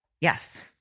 Yes